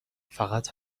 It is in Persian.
فقط